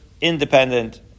independent